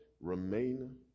remain